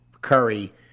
Curry